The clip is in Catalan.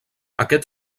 aquest